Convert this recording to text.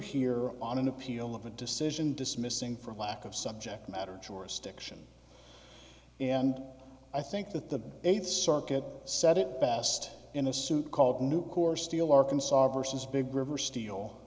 here on an appeal of a decision dismissing for lack of subject matter jurisdiction and i think that the eighth circuit said it best in a suit called nucor steel arkansas versus big river steel